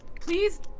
Please